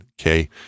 Okay